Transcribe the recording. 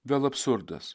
vėl absurdas